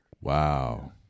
Wow